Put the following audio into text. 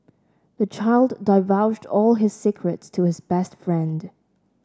the child divulged all his secrets to his best friend